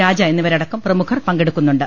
രാജ എന്നിവരടക്കം പ്രമുഖർ പങ്കെടുക്കുന്നുണ്ട്